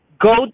go